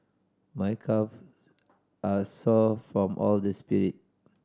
my calf are sore from all the sprint